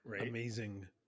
amazing